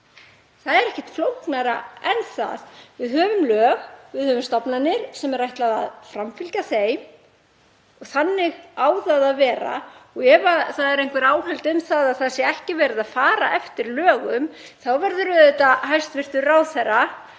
Það er ekkert flóknara en það. Við höfum lög, við höfum stofnanir sem er ætlað að framfylgja þeim og þannig á það að vera. Ef það eru einhver áhöld um að ekki sé verið að fara eftir lögum þá verður auðvitað hæstv. ráðherra